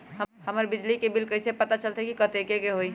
हमर बिजली के बिल कैसे पता चलतै की कतेइक के होई?